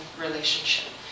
relationship